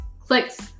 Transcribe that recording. clicks